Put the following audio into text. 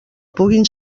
puguin